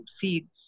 seeds